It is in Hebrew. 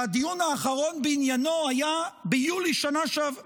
הדיון האחרון בעניינו היה ביולי בשנה שעברה,